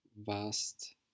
vast